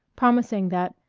promising that,